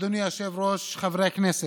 אדוני היושב-ראש וחברי הכנסת,